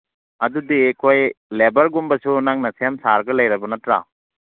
ꯑꯗꯨꯗꯤ ꯑꯩꯈꯣꯏ ꯂꯦꯕꯔꯒꯨꯝꯕꯁꯨ ꯅꯪꯅ ꯁꯦꯝ ꯁꯥꯔꯒ ꯂꯩꯔꯕ ꯅꯠꯇ꯭ꯔꯥ